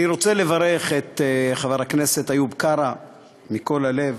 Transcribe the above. אני רוצה לברך את חבר הכנסת איוב קרא מכל הלב,